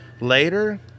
Later